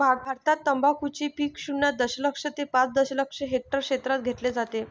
भारतात तंबाखूचे पीक शून्य दशलक्ष ते पाच दशलक्ष हेक्टर क्षेत्रात घेतले जाते